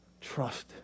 trust